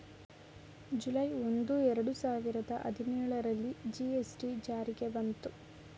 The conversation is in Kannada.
ಜುಲೈ ಒಂದು, ಎರಡು ಸಾವಿರದ ಹದಿನೇಳರಲ್ಲಿ ಜಿ.ಎಸ್.ಟಿ ಜಾರಿ ಬಂತು